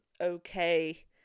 okay